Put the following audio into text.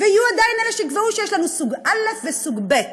ויהיו עדיין אלה שיקבעו שיש לנו סוג א' וסוג ב'.